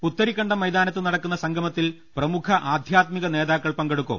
പുത്ത രിക്കണ്ടം മൈതാനത്ത് നടക്കുന്ന സംഗമത്തിൽ പ്രമുഖ ആധ്യാത്മിക നേതാക്കൾ പങ്കെടുക്കും